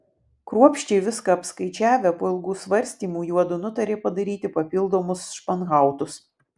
kruopščiai viską apskaičiavę po ilgų svarstymų juodu nutarė padaryti papildomus španhautus